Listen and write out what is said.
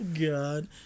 god